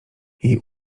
jej